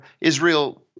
Israel